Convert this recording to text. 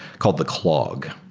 call the clog.